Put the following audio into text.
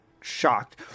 shocked